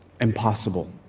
impossible